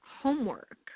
homework